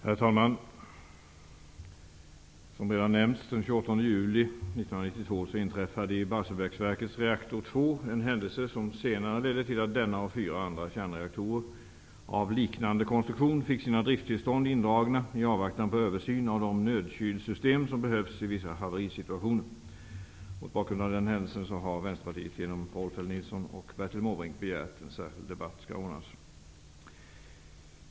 Herr talman! Som redan nämnts inträffade den 28 som senare ledde till att denna och fyra andra kärnreaktorer av liknande konstruktion fick sina driftstillstånd indragna i avvaktan på en översyn av de nödkylsystem som behövs i vissa haverisituationer. Mot bakgrund av den händelsen har Vänsterpartiet genom Rolf L Nilson och Bertil Måbrink begärt att en särskild debatt skall anordnas.